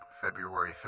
February